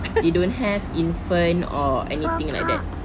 we don't have infant or anything like that